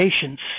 patience